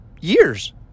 years